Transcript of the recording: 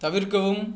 தவிர்க்கவும்